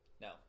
no